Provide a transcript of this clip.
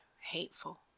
hateful